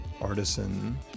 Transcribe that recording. artisan